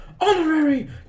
honorary